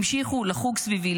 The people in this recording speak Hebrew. המשיכו לחוג סביבי,